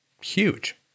huge